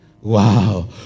Wow